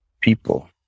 people